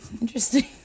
Interesting